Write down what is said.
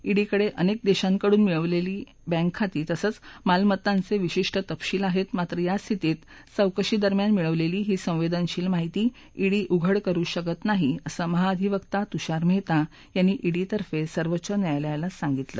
ईडीकडा अनक्त दशीकडून मिळवललाड्रिंक खाती तसंच मालमत्तांचा विशिष्ट तपशील आहप्तमात्र या स्थितीत चौकशी दरम्यान मिळवलप्ती ही संवद्धजशील माहिती ईडी उघड करू शकत नाही असं महाधिवक्ता तुषार महिता यांनी ईडीतर्फे सर्वोच्च न्यायालयाला सांगितलं